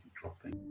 dropping